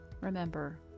Remember